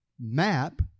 map